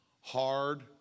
hard